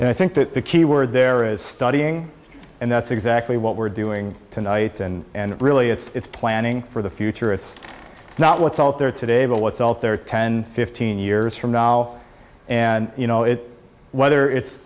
and i think that the key word there is studying and that's exactly what we're doing tonight and really it's planning for the future it's it's not what's out there today but what's all there ten fifteen years from now and you know it whether it's